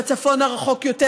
גם בצפון הרחוק יותר.